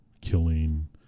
killing